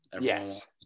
yes